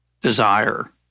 desire